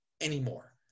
anymore